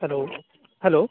hello hello